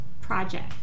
project